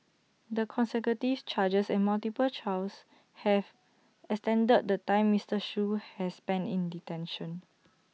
the consecutive charges and multiple trials have extended the time Mister Shoo has spent in detention